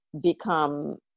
become